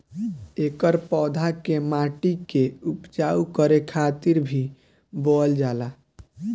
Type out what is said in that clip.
एकर पौधा के माटी के उपजाऊ करे खातिर भी बोअल जाला